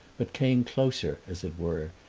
but came closer, as it were,